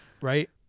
right